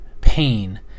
pain